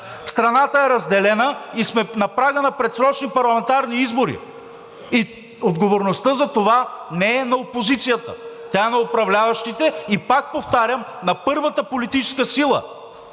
страната е разделена и сме на прага на предсрочни парламентарни избори. Отговорността за това не е на опозицията, тя е на управляващите и пак повтарям: на първата политическа сила.